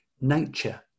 nature